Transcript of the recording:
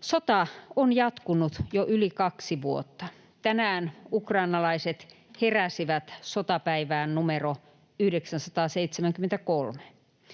Sota on jatkunut jo yli kaksi vuotta. Tänään ukrainalaiset heräsivät sotapäivään numero 973.